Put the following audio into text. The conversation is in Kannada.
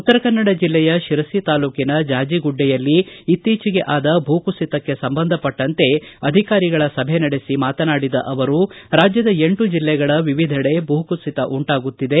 ಉತ್ತರಕನ್ನಡ ಜಿಲ್ಲೆಯ ಶಿರಸಿ ತಾಲೂಕಿನ ಜಾಜಿಗುಡ್ಡೆಯಲ್ಲಿ ಇತ್ತಿಚೇಗೆ ಆದ ಭೂಕುಸಿತಕ್ಕೆ ಸಂಬಂಧಪಟ್ಟಂತೆ ಅಧಿಕಾರಿಗಳ ಸಭೆ ನಡೆಸಿ ಮಾತನಾಡಿದ ಅವರು ರಾಜ್ಯದ ಎಂಟು ಜಿಲ್ಲೆಗಳ ವಿವಿಧೆಡೆ ಭೂ ಕುಸಿತ ಉಂಟಾಗುತ್ತಿದೆ